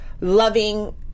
loving